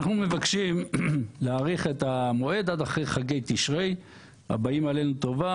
אנחנו מבקשים להאריך את המועד עד אחרי חגי תשרי הבאים עלינו לטובה,